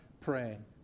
praying